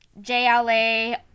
JLA